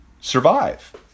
survive